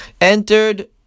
entered